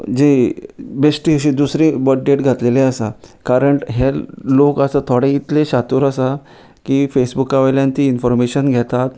जी बेश्टी अशी दुसरी बर्थ डेट घातलेली आसा कारण हे लोक आसा थोडे इतले शादूर आसा की फेसबुका वयल्यान ती इनफोर्मेशन घेतात